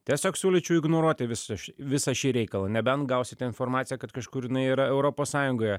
tiesiog siūlyčiau ignoruoti visą šį visą šį reikalą nebent gausite informaciją kad kažkur jinai yra europos sąjungoje